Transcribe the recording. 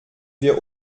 wir